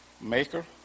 Maker